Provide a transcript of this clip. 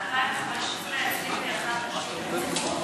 ב-2015 21 נשים נרצחו,